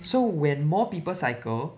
so when more people cycle